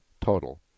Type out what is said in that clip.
total